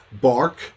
bark